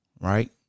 right